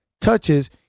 touches